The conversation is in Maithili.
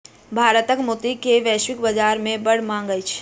भारतक मोती के वैश्विक बाजार में बड़ मांग अछि